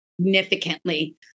significantly